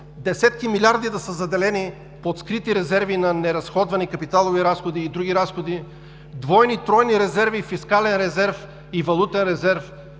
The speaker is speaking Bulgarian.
десетки милиарди да са заделени под скрити резерви на неразходвани капиталови разходи и други разходи, двойни и тройни резерви, и фискален резерв, и валутен резерв,